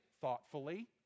thoughtfully